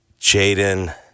Jaden